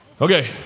Okay